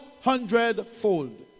hundredfold